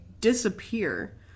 disappear